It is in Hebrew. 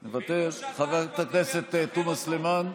מוותר, חברת הכנסת תומא סלימאן?